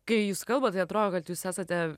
kai jūs kalbat tai atrodo kad jūs esate